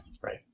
Right